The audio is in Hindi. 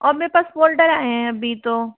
और मेरे पास फ़ोल्डर आए हैं अभी तो